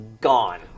gone